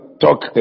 talk